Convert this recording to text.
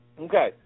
Okay